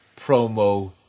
promo